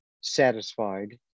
satisfied